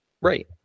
Right